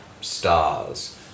stars